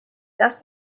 cas